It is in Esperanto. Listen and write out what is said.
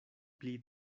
pli